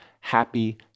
Happy